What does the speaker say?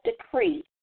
decree